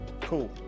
cool